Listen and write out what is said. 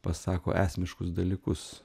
pasako esmiškus dalykus